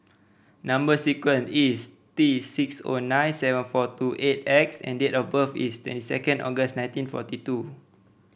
number sequence is T six O nine seven four two eight X and date of birth is twenty second August nineteen forty two